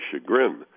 chagrin